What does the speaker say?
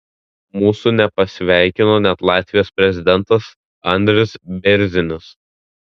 mūsų nepasveikino net latvijos prezidentas andris bėrzinis